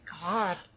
god